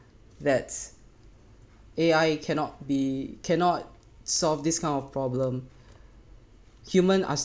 that's A_I cannot be cannot solve this kind of problem human